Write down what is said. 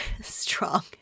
strong